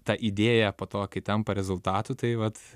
ta idėja po to kai tampa rezultatu tai vat